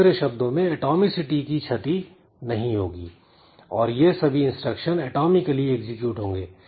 दूसरे शब्दों में एटोमिसिटी की क्षति नहीं होगी और यह सभी इंस्ट्रक्शन एटॉमिकली एग्जीक्यूट होंगे